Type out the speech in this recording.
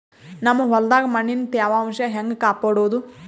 ನಮ್ ಹೊಲದಾಗ ಮಣ್ಣಿನ ತ್ಯಾವಾಂಶ ಹೆಂಗ ಕಾಪಾಡೋದು?